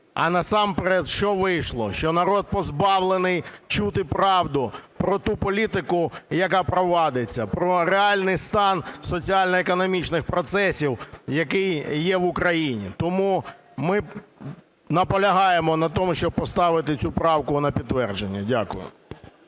А насамперед що вийшло – що народ позбавлений чути правду про ту політику, яка провадиться, про реальний стан соціально-економічних процесів, який є в Україні. Тому ми наполягаємо на тому, щоб поставити цю правку на підтвердження. Дякую.